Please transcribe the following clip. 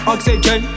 Oxygen